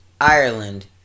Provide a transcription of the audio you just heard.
Ireland